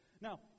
Now